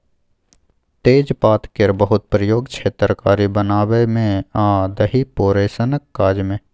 तेजपात केर बहुत प्रयोग छै तरकारी बनाबै मे आ दही पोरय सनक काज मे